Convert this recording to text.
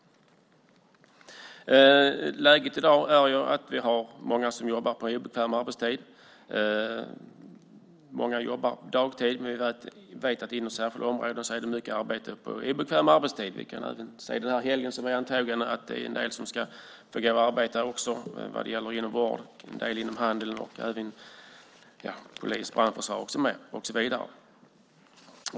Läget i dag är att många jobbar på obekväm arbetstid. Många jobbar dagtid, men vi vet att inom särskilda områden görs mycket arbete på obekväm arbetstid. När det gäller den helg som nu är i antågande kan vi se att en del får arbeta inom vården och handeln. Det gäller även exempelvis inom polisen och brandförsvaret.